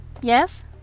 Yes